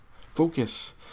focus